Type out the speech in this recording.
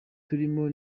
turimo